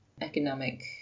economic